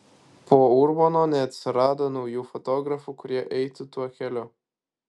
po urbono neatsirado naujų fotografų kurie eitų tuo keliu